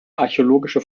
archäologische